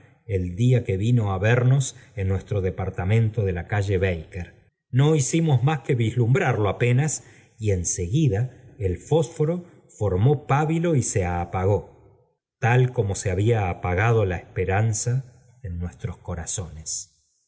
el día que vmo á vemos en nuestro departamento de la calle haker no hicimos más que vislumbrarlo apenas y en seguida el fósforo formó pábilo y se apagó tal como se había apagado la esperanza de nuestros corazones